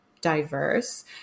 diverse